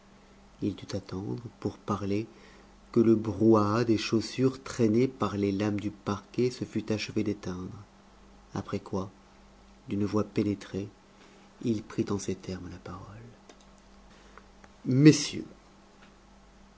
il dut attendre pour parler que le brouhaha des chaussures traînées par les lames du parquet se fût achevé d'éteindre après quoi d'une voix pénétrée il prit en ces termes la parole messieurs